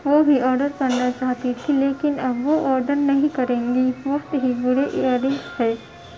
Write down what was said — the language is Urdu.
وہ بھی آڈر کرنا چاہتی تھی لیکن اب وہ آڈر نہیں کریں گی بہت ہی برے ایر رنگس تھے